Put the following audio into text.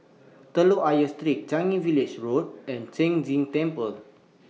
Telok Ayer Street Changi Village Road and Sheng Jin Temple